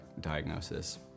diagnosis